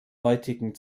heutigen